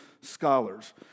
scholars